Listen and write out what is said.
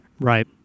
Right